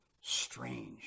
strange